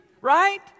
right